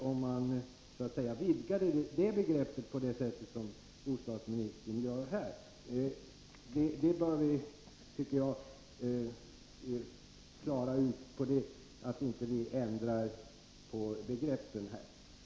Jag tycker vi bör klara ut detta, så att vi inte ändrar begreppen.